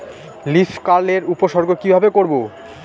Leaf curl এর উপসর্গ কিভাবে করব?